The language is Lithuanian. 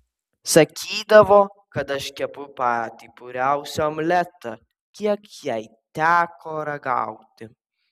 sakydavo kad aš kepu patį puriausią omletą kiek jai teko ragauti